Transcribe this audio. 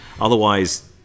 Otherwise